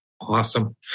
Awesome